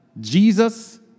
Jesus